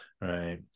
right